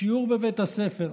שיעור בבית הספר.